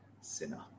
sinner